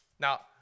Now